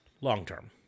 long-term